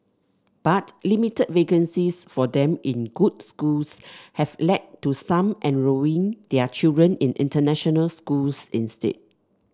but limited vacancies for them in good schools have led to some enrolling their children in international schools instead